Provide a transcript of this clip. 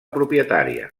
propietària